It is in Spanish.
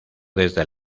desde